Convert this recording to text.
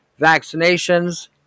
vaccinations